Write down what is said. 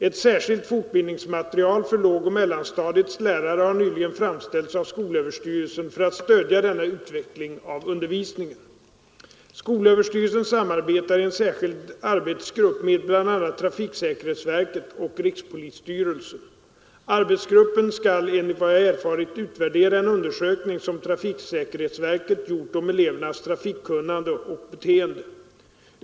Ett särskilt fortbildningsmaterial för lågoch mellanstadiets lärare har nyligen framställts av skolöverstyrelsen för att stödja denna utveckling av undervisningen. Skolöverstyrelsen samarbetar i en särskild arbetsgrupp med bl.a. trafiksäkerhetsverket och rikspolisstyrelsen. Arbetsgruppen skall enligt vad jag erfarit utvärdera en undersökning som trafiksäkerhetsverket gjort om elevernas trafikkunnande och beteende.